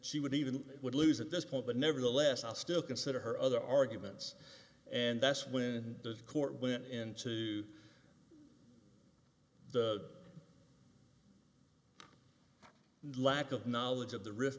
she would even would lose at this point but nevertheless i'll still consider her other arguments and that's when the court went into the lack of knowledge of the risk